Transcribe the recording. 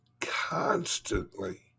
constantly